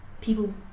people